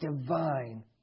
divine